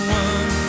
one